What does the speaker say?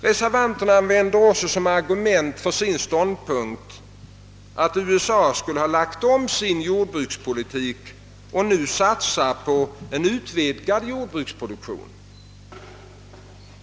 Reservanterna framhåller också som argument för sin ståndpunkt att USA har lagt om sin jordbrukspolitik och nu satsar på en utvidgad jordbruksproduktion.